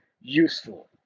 useful